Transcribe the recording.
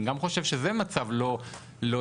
אני גם חושב שזה מצב לא אידיאלי,